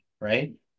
right